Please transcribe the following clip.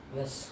Yes